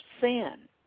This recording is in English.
sin